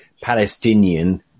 Palestinian